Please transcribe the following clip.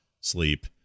sleep